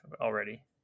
already